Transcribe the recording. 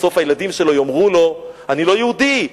בסוף הילדים שלו יאמרו לו: אני לא יהודי,